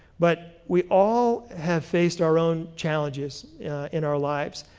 but we all have faced our own challenges in our lives.